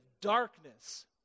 darkness